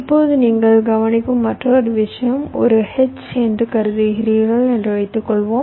இப்போது நீங்கள் கவனிக்கும் மற்றொரு விஷயம் ஒரு H என்று கருதுகிறீர்கள் என்று வைத்துக்கொள்வோம்